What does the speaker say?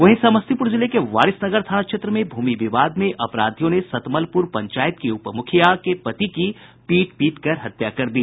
वहीं समस्तीपुर जिले के वारिसनगर थाना क्षेत्र में भूमि विवाद में अपराधियों ने सतमलपुर पंचायत की उप मुखिया के पति की पीट पीटकर हत्या कर दी